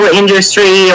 industry